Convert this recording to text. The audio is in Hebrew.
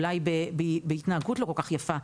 אולי בהתנהגות לא כל כך יפה,